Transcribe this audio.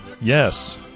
Yes